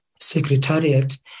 secretariat